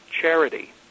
charity